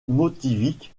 lui